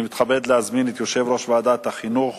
אני מתכבד להזמין את יושב-ראש ועדת החינוך,